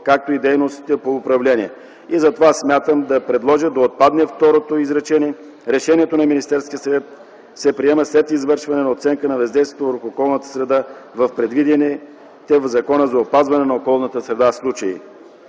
както и дейностите по управление. Смятам да предложа да отпадне второто изречение: „Решението на Министерския съвет се приема след извършване на оценка на въздействието върху околната среда в предвидените в Закона за опазване на околната среда случаи”.